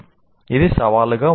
ఇది సవాలుగా ఉంటుంది